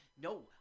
No